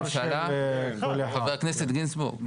חבר הכנסת גינזבורג,